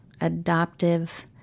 adoptive